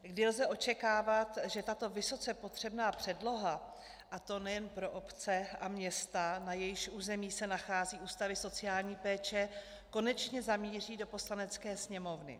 Kdy lze očekávat, že tato vysoce potřebná předloha, a to nejen pro obce a města, na jejichž území se nacházejí ústavy sociální péče, konečně zamíří do Poslanecké sněmovny?